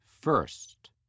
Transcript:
First